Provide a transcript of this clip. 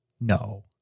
No